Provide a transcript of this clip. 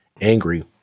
angry